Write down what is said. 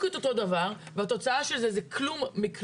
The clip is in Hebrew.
את אותו דבר והתוצאה של זה זה כלום מכלום.